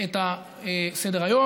את סדר-היום.